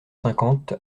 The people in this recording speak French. cinquante